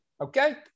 Okay